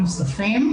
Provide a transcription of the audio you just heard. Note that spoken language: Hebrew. נוספים.